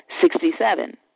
Sixty-seven